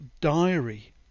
diary